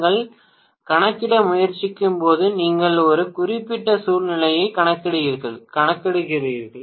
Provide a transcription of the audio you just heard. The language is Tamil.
நீங்கள் கணக்கிட முயற்சிக்கும்போது நீங்கள் ஒரு குறிப்பிட்ட சூழ்நிலையை கணக்கிடுகிறீர்கள்